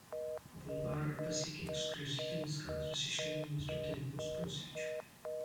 bulvarą pasiekė ekskliuzyvinis kadras iš vieno miesto tarybos posėdžio